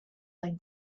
like